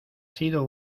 sido